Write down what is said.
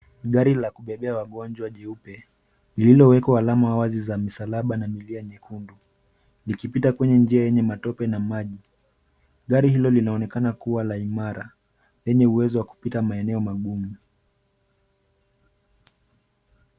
Gari la kubebea wagonjwa jeupe lililo wekwa alama wazi za msalaba ya milia nyekundu likipita kwenye njia yenye matope na maji. Gari hilo linaonekana kuwa la imara lenye iwezo wa kupita katika maeneo magumu.